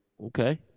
okay